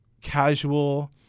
casual